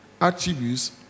attributes